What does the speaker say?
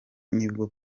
nibwo